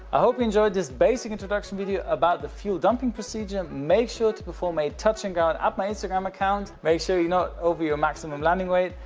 i hope you enjoyed this basic introduction video about the fuel dumping procedure. make sure to perform a touch and go and up at my instagram account. make sure you not over your maximum landing weight,